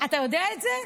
אתה יודע את זה?